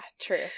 true